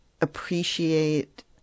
appreciate